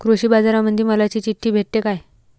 कृषीबाजारामंदी मालाची चिट्ठी भेटते काय?